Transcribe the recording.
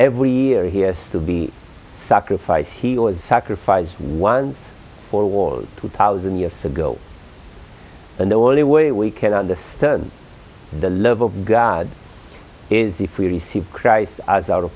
every year he has to be sacrifice he or sacrifice one for war two thousand years ago and the only way we can understand the love of god is if we receive christ as ou